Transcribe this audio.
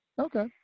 Okay